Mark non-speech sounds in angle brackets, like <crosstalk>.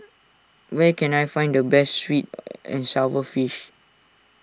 where can I find the best Sweet <noise> and Sour Fish